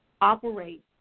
operate